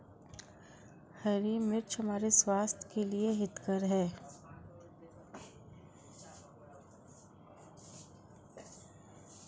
हरी मिर्च हमारे स्वास्थ्य के लिए हितकर हैं